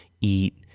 eat